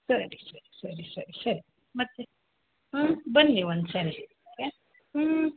ಸರಿ ಸರಿ ಸರಿ ಸರಿ ಸರಿ ಮತ್ತೆ ಹ್ಞೂ ಬನ್ನಿ ಒಂದ್ಸರ್ತಿ ಓಕೆ ಹ್ಞೂ